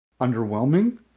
underwhelming